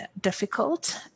difficult